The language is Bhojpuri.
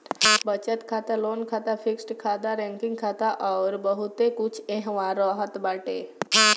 बचत खाता, लोन खाता, फिक्स्ड खाता, रेकरिंग खाता अउर बहुते कुछ एहवा रहत बाटे